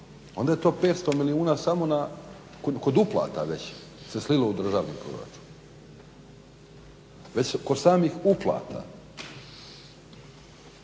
onda je to 500 milijuna samo kod uplata već se slilo u državni proračun. Već kod samih uplata.